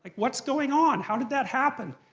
what's going on? how did that happen?